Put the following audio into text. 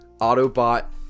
Autobot